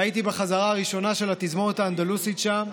והייתי בחזרה הראשונה של התזמורת האנדלוסית שם.